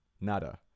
Nada